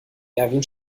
erwin